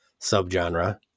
subgenre